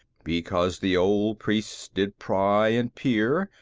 because the old priests did pry and peer,